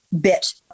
bit